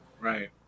Right